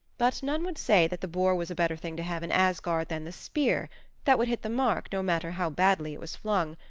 but none would say that the boar was a better thing to have in asgard than the spear that would hit the mark no matter how badly it was flung,